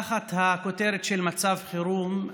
תחת הכותרת של מצב חירום,